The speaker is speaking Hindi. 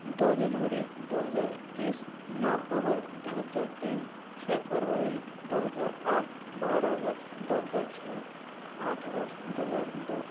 दो जनवरी दो हज़ार इक्कीस नौ अक्टूबर दो हज़ार तीन छ फ़रवरी दो हज़ार आठ बारह अगस्त दो हज़ार छ आठ अगस्त दो हज़ार दो